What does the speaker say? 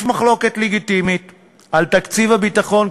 יש מחלוקת לגיטימית על תקציב הביטחון,